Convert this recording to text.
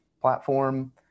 platform